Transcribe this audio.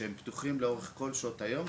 שפתוחים לאורך כל שעות היום,